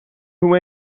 who